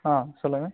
ஆ சொல்லுங்கள்